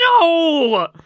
no